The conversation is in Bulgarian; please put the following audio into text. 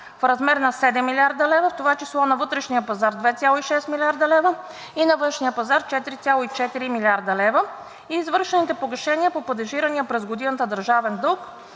в размер на 7 млрд. лв., в това число на вътрешния пазар 2,6 млрд. лв. и на външния пазар 4,4 млрд. лв., и извършените погашения по падежирания през годината държавен дълг